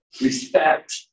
respect